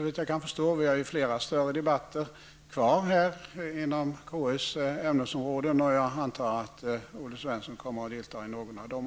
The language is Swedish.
Vi har ju flera större debatter kvar inom KUs ämnesområden, och jag antar att Olle Svensson kommer att delta också i någon av dem.